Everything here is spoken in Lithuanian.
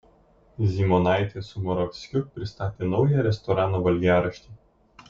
zymonaitė su moravskiu pristatė naują restorano valgiaraštį